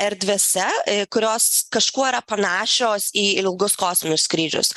erdvėse kurios kažkuo yra panašios į ilgus kosminius skrydžius